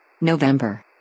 November